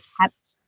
kept